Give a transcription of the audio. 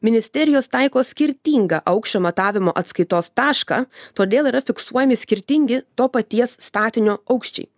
ministerijos taiko skirtingą aukščio matavimo atskaitos tašką todėl yra fiksuojami skirtingi to paties statinio aukščiai